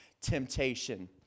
temptation